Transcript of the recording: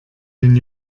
den